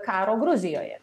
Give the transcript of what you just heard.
karo gruzijoje